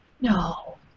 No